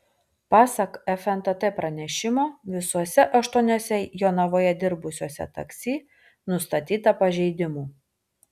pasak fntt pranešimo visuose aštuoniuose jonavoje dirbusiuose taksi nustatyta pažeidimų